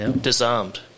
disarmed